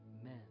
Amen